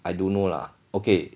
I don't know lah okay